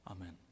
Amen